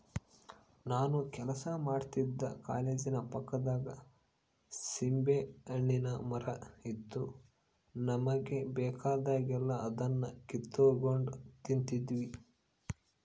ನಾನು ಕೆಲಸ ಮಾಡ್ತಿದ್ದ ಕಾಲೇಜಿನ ಪಕ್ಕದಾಗ ಸೀಬೆಹಣ್ಣಿನ್ ಮರ ಇತ್ತು ನಮುಗೆ ಬೇಕಾದಾಗೆಲ್ಲ ಅದುನ್ನ ಕಿತಿಗೆಂಡ್ ತಿಂತಿದ್ವಿ